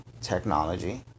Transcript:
technology